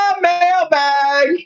mailbag